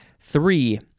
Three